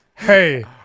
Hey